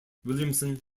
williamson